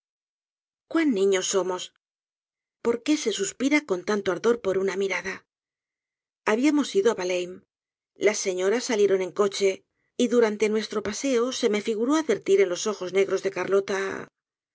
cuan niños somos por qué se suspira con tanto ardor por una mirada habíamos ido á yalheim las señoras salieron en coche y durante nuestro paseo se me figuró advertir en los ojos negros de carlota